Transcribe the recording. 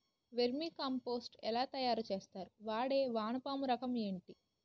Vermi compost ఎలా తయారు చేస్తారు? వాడే వానపము రకం ఏంటి?